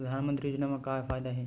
परधानमंतरी योजना म का फायदा?